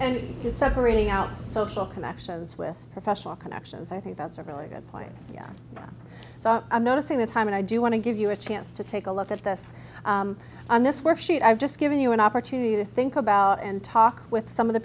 and is separating out social connections with professional connections i think that's a really good point yeah so i'm noticing the time and i do want to give you a chance to take a look at this on this worksheet i've just given you an opportunity to think about and talk with some of the